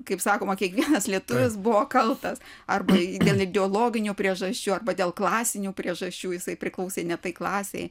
kaip sakoma kiekvienas lietuvis buvo kaltas arba dėl ideologinių priežasčių arba dėl klasinių priežasčių jisai priklausė ne tai klasei